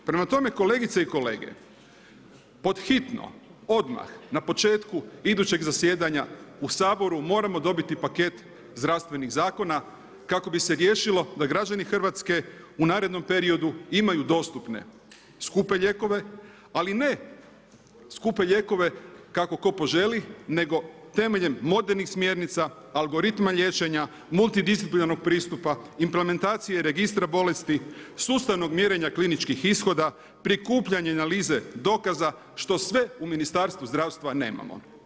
Prema tome, kolegice i kolege pod hitno, odmah na početku idućeg zasjedanja u Saboru moramo dobiti paket zdravstvenih zakona kako bi se riješilo da građani Hrvatske u narednom periodu imaju dostupne skupe lijekove ali ne skupe lijekove kako tko poželi nego temeljem modernih smjernica, algoritma liječenja, multidisciplinarnog pristupa, implementacije registra bolesti, sustavnog mjerenja kliničkih ishoda, prikupljanja analize dokaza što sve u Ministarstvu zdravstva nemamo.